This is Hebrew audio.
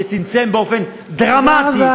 שצמצמו באופן דרמטי,